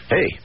Hey